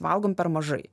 valgom per mažai